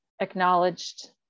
acknowledged